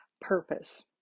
purpose